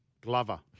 Glover